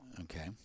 Okay